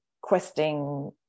questing